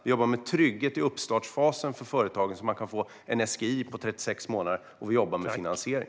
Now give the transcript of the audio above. Vi jobbar med trygghet i uppstartsfasen för företagarna, så att de kan behålla sin SGI i 36 månader. Och vi jobbar med finansiering.